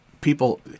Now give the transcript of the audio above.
people